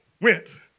went